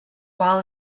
well